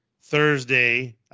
Thursday